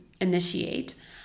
initiate